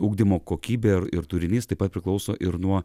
ugdymo kokybė ir ir turinys taip pat priklauso ir nuo